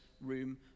room